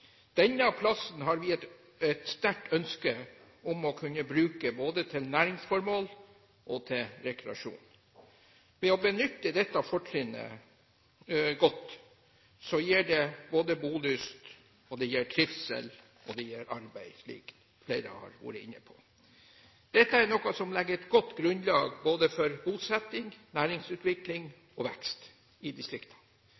Denne plassen har vi et sterkt ønske om å kunne bruke både til næringsformål og til rekreasjon. Hvis man benytter dette fortrinnet godt, gir det både bolyst, trivsel og arbeid, slik flere har vært inne på. Dette er noe som legger et godt grunnlag for både bosetting,